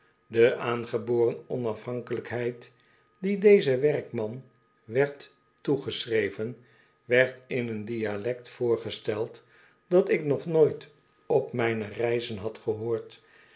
de aangeboren onafhankelijkheid die dezen werkman werd toegeschreven werd in een dialect voorgesteld dat ik nog nooit op mijne reizen had gehoord